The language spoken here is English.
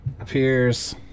appears